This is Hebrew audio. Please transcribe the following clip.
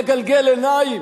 לגלגל עיניים?